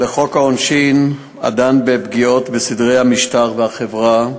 לחוק העונשין, הדן בפגיעות בסדרי המשטר והחברה,